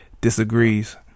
disagrees